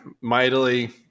mightily